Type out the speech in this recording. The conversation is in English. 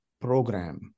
Program